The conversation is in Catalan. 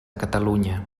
catalunya